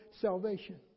salvation